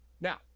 Now